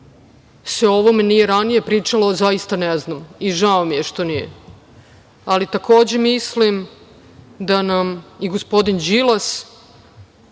o ovome nije ranije pričalo zaista ne znam i žao mi je što nije. Takođe, mislim da nam i gospodin Đilas